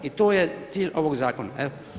I to je cilj ovog zakona.